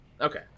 Okay